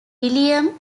william